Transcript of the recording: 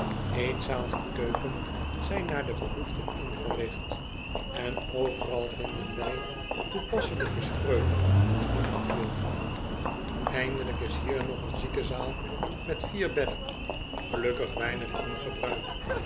en keuken zijn naar de behoeften ingerigt en overal vinden wij toepasselijke spreuken en afbeeldingen eindelijk is hier nog een ziekenzaal met vier bedden gelukkig weinig in gebruik